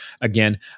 Again